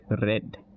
red